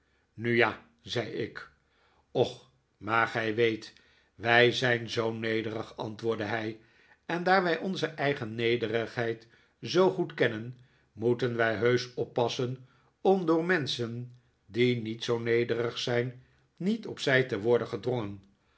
nu ja zei ik och maar gij weet wij zijn zoo nederig antwoordde hij en daar wij onze eigen nederigheid zoo goed kennen moeten wij heusch oppassen om door menschen die niet zoo nederig zijn niet op zij te worden gedrongen